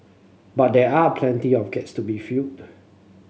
but there are plenty of gas to be fill